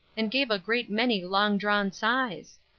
and gave a great many long-drawn sighs?